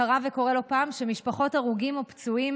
קרה וקורה לא פעם שמשפחות הרוגים ופצועים